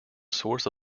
source